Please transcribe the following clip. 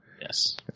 Yes